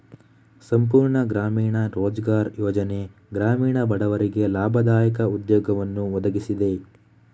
ಸಂಪೂರ್ಣ ಗ್ರಾಮೀಣ ರೋಜ್ಗಾರ್ ಯೋಜನೆ ಗ್ರಾಮೀಣ ಬಡವರಿಗೆ ಲಾಭದಾಯಕ ಉದ್ಯೋಗವನ್ನು ಒದಗಿಸಿದೆ